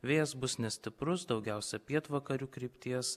vėjas bus nestiprus daugiausia pietvakarių krypties